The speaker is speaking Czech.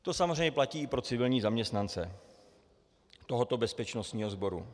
To samozřejmě platí i pro civilní zaměstnance tohoto bezpečnostního sboru.